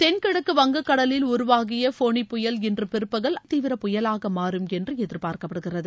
தென்கிழக்கு வங்கக் கடலில் உருவாகிய ஃபோனி புயல் இன்று பிற்பகல் தீவிர புயலாக மாறும் என்று எதிர்பார்க்கப்படுகிறது